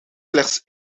slechts